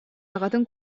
аҕатын